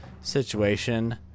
situation